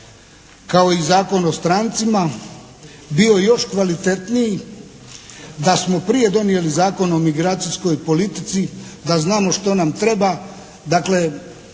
kao i Zakon o strancima bio još kvalitetniji da smo prije donijeli Zakon o migracijskoj politici da znamo što nam treba. Dakle